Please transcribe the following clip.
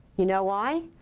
you know why?